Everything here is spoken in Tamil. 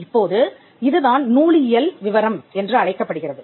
இப்போது இதுதான் நூலியல் விவரம் என்று அழைக்கப்படுகிறது